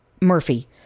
Murphy